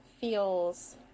feels